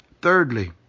thirdly